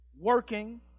Working